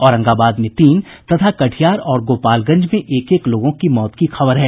औरंगाबाद में तीन तथा कटिहार और गोपालगंज में एक एक लोगों की मौत की खबर है